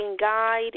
Guide